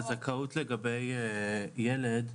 הזכאות לגבי ילד,